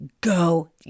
Go